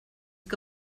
que